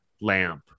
lamp